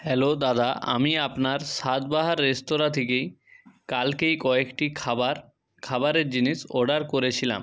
hello দাদা আমি আপনার স্বাদবাহার রেস্তোরাঁ থেকেই কালকেই কয়েকটি খাবার খাবারের জিনিস অর্ডার করেছিলাম